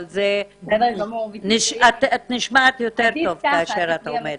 אבל את נשמעת יותר טוב כאשר את עומדת.